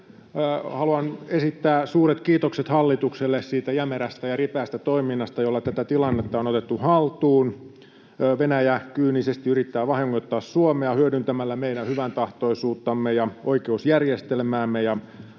Haluan esittää suuret kiitokset hallitukselle siitä jämerästä ja ripeästä toiminnasta, jolla tätä tilannetta on otettu haltuun. Venäjä kyynisesti yrittää vahingoittaa Suomea hyödyntämällä meidän hyväntahtoisuuttamme ja oikeusjärjestelmäämme,